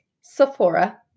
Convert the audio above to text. Sephora